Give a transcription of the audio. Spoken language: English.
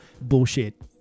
bullshit